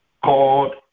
called